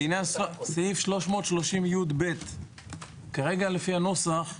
לעניין סעיף 330יב. לפי הנוסח הנוכחי,